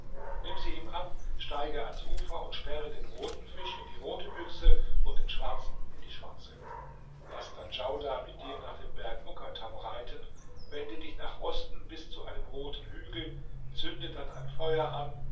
nimm sie ihm ab steige ans ufer und sperre den roten fisch in die rote büchse und den schwarzen in die schwarze laß dann djaudar mit dir nach dem berg mukattam reiten wende dich nach osten bis zu einem roten hügel zünde dann feuer an